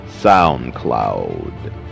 SoundCloud